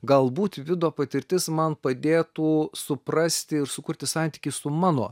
galbūt vido patirtis man padėtų suprasti ir sukurti santykį su mano